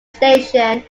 station